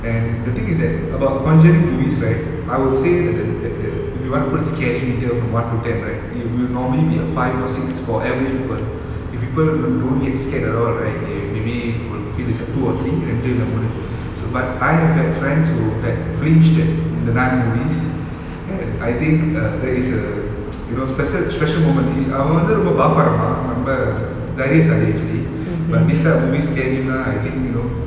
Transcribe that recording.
and the thing is that about conjuring movies right I would say that th~ that the if you wanna put scary meter from one to ten right it would normally be a five or six for every people if people do~ don't get scared a lot right they maybe will feel it's a two or three ரெண்டு இல்ல மூணு:rendu illa moonu so but I have had friends who had flinched at in the nun movies and I think err that is err you know special special moment அவன் ரொம்ப:avamn romba இருப்பான் ரொம்ப தைரியசாலி:irupaan romba thairiyasali actually but this kind of movies scary ah I think you know